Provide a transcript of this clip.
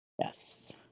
Yes